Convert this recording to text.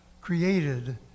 created